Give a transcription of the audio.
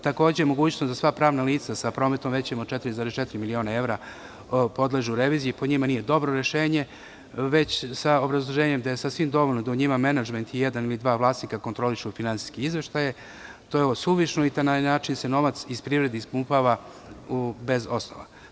Takođe, mogućnost da sva pravna lica sa prometom većim od 4,4 miliona evra podležu reviziji po njima nije dobro rešenje, već sa obrazloženjem da je sasvim dovoljno da u njima menadžment i jedan ili dva vlasnika kontrolišu finansijske izveštaje, to je suvišno i na taj način se novac iz privrede ispumpava bez osnova.